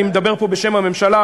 אני מדבר פה בשם הממשלה,